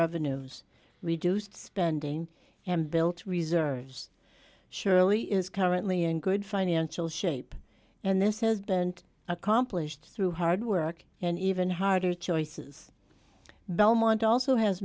revenues reduced spending and built reserves surely is currently in good financial shape and this has been accomplished through hard work and even harder choices belmont also has